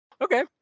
Okay